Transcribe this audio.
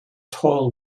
tall